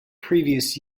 previous